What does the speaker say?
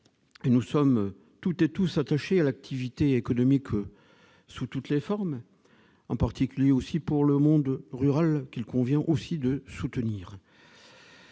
nous sommes toutes et tous attachés à l'activité économique sous toutes les formes, en particulier dans le monde rural, qu'il convient aussi de soutenir.